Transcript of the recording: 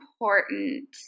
important